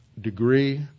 degree